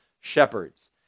shepherds